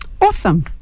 Awesome